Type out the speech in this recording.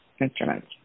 instruments